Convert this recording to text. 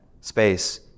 space